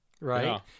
right